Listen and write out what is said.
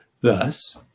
thus